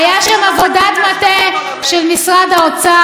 הייתה שם עבודת מטה של משרד האוצר,